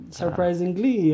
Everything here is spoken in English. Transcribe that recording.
surprisingly